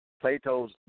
Plato's